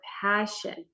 passion